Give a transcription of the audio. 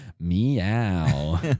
Meow